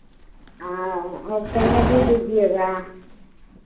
हाँ और चमेली दीजिएगा